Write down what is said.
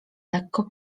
lekko